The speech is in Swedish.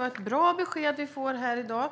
är ett bra besked vi får här i dag.